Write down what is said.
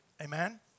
Amen